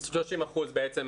30% בעצם